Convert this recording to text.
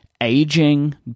aging